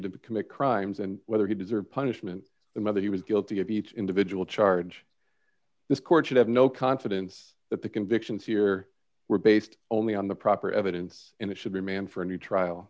to commit crimes and whether he deserved punishment the mother he was guilty of each individual charge this court should have no confidence that the convictions here were based only on the proper evidence and it should be a man for a new trial